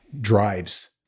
drives